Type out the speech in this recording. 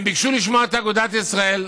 הם ביקשו לשמוע את אגודת ישראל,